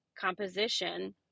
composition